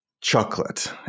chocolate